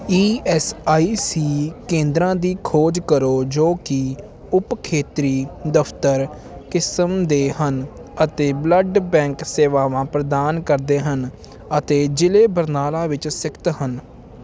E S I C ਕੇਂਦਰਾਂ ਦੀ ਖੋਜ ਕਰੋ ਜੋ ਕਿ ਉਪ ਖੇਤਰੀ ਦਫ਼ਤਰ ਕਿਸਮ ਦੇ ਹਨ ਅਤੇ ਬਲੱਡ ਬੈਂਕ ਸੇਵਾਵਾਂ ਪ੍ਰਦਾਨ ਕਰਦੇ ਹਨ ਅਤੇ ਜ਼ਿਲ੍ਹੇ ਬਰਨਾਲਾ ਵਿੱਚ ਸਥਿਤ ਹਨ